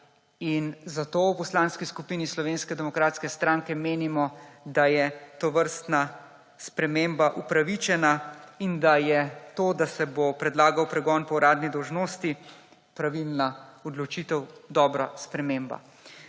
Zato v Poslanski skupini Slovenske demokratske stranke menimo, da je tovrstna sprememba upravičena in da je to, da se bo predlagal pregon po uradni dolžnosti, pravilna odločitev, dobra sprememba.